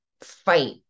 fight